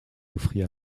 offrit